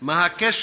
4. מה הקשר